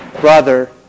brother